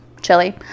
Chili